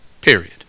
Period